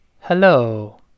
hello